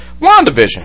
wandavision